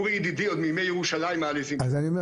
אורי ידידי, עוד מימי ירושלים העליזים שלה.